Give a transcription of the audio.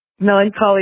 melancholy